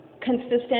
consistent